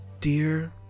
Dear